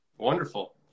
Wonderful